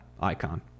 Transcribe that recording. icon